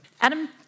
Adam